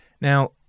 Now